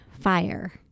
fire